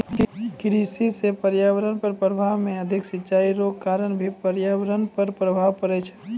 कृषि से पर्यावरण पर प्रभाव मे अधिक सिचाई रो कारण भी पर्यावरण पर प्रभाव पड़ै छै